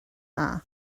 dda